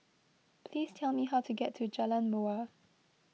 please tell me how to get to Jalan Mawar